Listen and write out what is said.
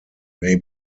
may